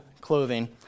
clothing